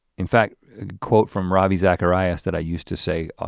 in fact quote from ravi zacharias, that i used to say,